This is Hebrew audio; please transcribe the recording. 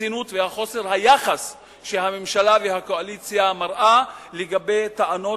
הרצינות וחוסר היחס שהממשלה והקואליציה מראות לגבי טענות